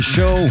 Show